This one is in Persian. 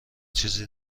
چیز